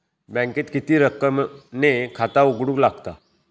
बँकेत किती रक्कम ने खाता उघडूक लागता?